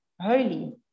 holy